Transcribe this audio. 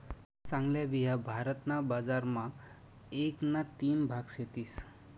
चांगल्या बिया भारत ना बजार मा एक ना तीन भाग सेतीस